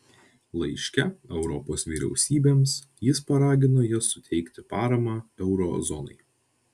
laiške europos vyriausybėms jis paragino jas suteikti paramą euro zonai